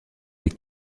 des